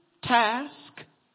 task